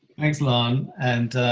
thanks, larne, and